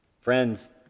Friends